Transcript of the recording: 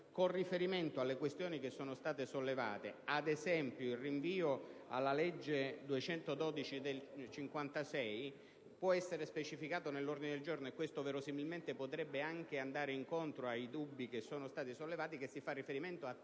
con riferimento alle questioni che sono state sollevate. Ad esempio, il rinvio alla legge n. 212 del 1956 può essere specificato nell'ordine del giorno, e questo, verosimilmente, potrebbe anche andare incontro ai dubbi sollevati, chiarendo che si fa riferimento a